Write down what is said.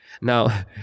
now